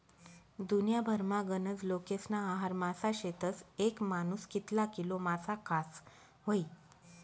दुन्याभरमा गनज लोकेस्ना आहार मासा शेतस, येक मानूस कितला किलो मासा खास व्हयी?